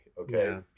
okay